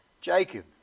Jacob